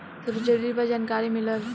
सबसे जरूरी बा जानकारी मिलल